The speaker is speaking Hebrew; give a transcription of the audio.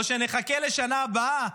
או שנחכה לשנה הבאה.